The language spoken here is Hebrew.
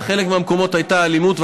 ובחלק מהמקומות הייתה אלימות,